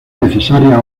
necesaria